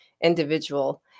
individual